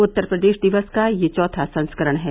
उत्तर प्रदेश दिवस का यह चौथा संस्करण है